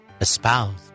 espoused